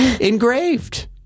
engraved